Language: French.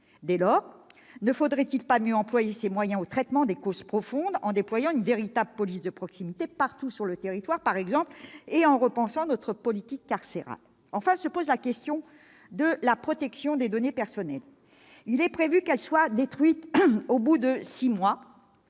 Dès lors, ne vaudrait-il pas mieux consacrer ces moyens au traitement des causes profondes de la délinquance, par exemple en déployant une véritable police de proximité partout sur le territoire et en repensant notre politique carcérale ? Enfin se pose la question de la protection des données personnelles. Il est prévu qu'elles soient détruites au bout de six mois,